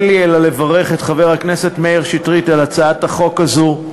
אין לי אלא לברך את חבר הכנסת מאיר שטרית על הצעת החוק הזאת,